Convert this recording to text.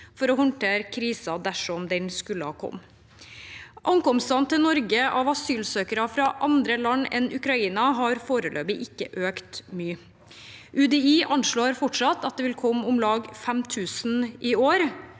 for å håndtere krisen dersom den skulle komme. Ankomstene av asylsøkere til Norge fra andre land enn Ukraina har foreløpig ikke økt mye. UDI anslår fortsatt at det vil komme om lag 5 000 i år,